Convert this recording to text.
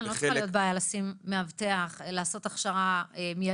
לא צריכה להיות בעיה לעשות הכשרה מיידית,